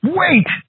wait